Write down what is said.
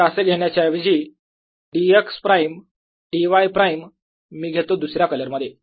तर हे असे घेण्याच्या ऐवजी dx प्राईम dy प्राईम मी घेतो दुसऱ्या कलर मध्ये